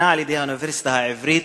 שהוזמנה על-ידי האוניברסיטה העברית,